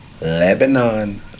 Lebanon